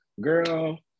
Girl